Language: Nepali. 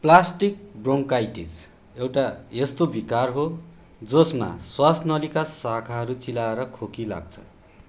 प्लास्टिक ब्रोन्काइटिस एउटा यस्तो विकार हो जसमा श्वासनलीका शाखाहरू चिलाएर खोकी लाग्छ